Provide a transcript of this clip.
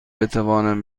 بتوانم